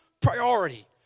priority